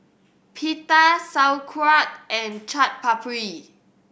Pita Sauerkraut and Chaat Papri